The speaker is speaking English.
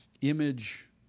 image